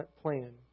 plan